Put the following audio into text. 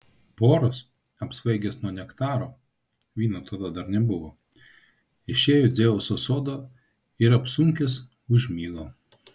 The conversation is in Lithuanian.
poras apsvaigęs nuo nektaro vyno tada dar nebuvo išėjo į dzeuso sodą ir apsunkęs užmigo